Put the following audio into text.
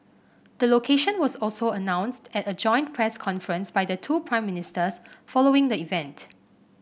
the location was also announced at a joint press conference by the two Prime Ministers following the event